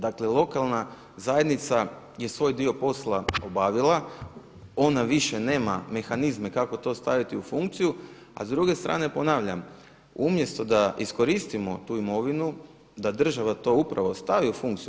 Dakle lokalna zajednica je svoj dio posla obavila, ona više nema mehanizme kako to staviti u funkciju a s druge strane ponavljam, umjesto da iskoristimo tu imovinu, da država to upravo stavi u funkciju.